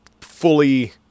fully